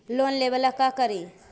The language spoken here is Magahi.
लोन लेबे ला का करि?